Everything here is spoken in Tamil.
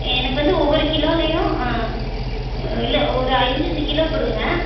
எனக்கு வந்து ஒவ்வொரு கிலோலேயும் ஆ இல்லை ஒரு அஞ்சு அஞ்சு கிலோ கொடுங்க